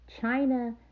China